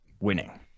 winning